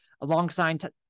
alongside